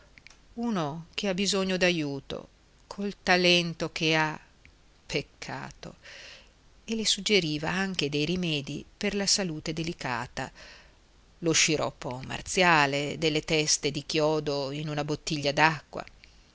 uno che ha bisogno d'aiuto col talento che ha peccato e le suggeriva anche dei rimedi per la salute delicata lo sciroppo marziale delle teste di chiodi in una bottiglia